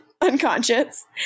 unconscious